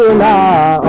la